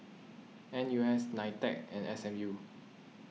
N U S Nitec and S M U